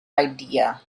idea